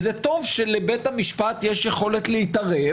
וטוב שלבית המשפט יש יכולת להתערב